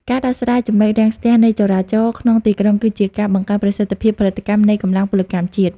ការដោះស្រាយ ចំណុចរាំងស្ទះ នៃចរាចរណ៍ក្នុងទីក្រុង គឺជាការបង្កើនប្រសិទ្ធភាពផលិតកម្មនៃកម្លាំងពលកម្មជាតិ។